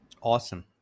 Awesome